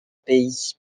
pays